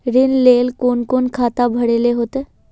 ऋण लेल कोन कोन खाता भरेले होते?